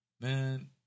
Man